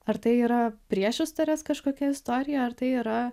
ar tai yra priešistorės kažkokia istorija ar tai yra